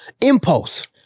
impulse